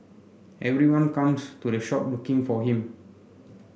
everyone comes to the shop looking for him